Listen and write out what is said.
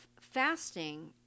fasting